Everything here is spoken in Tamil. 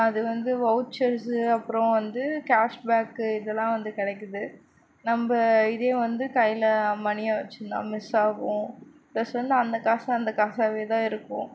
அது வந்து வவுச்சர்ஸு அப்புறம் வந்து கேஷ் பேக்கு இதெலாம் வந்து கிடைக்குது நம்ம இதே வந்து கையில் மணியாக வச்சுருந்தா மிஸ் ஆகும் ப்ளஸ் வந்து அந்த காசை அந்த காசாகவேதான் இருக்கும்